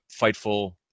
Fightful